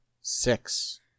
six